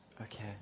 Okay